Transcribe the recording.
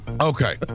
Okay